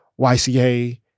YCA